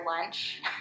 lunch